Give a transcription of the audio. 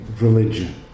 religion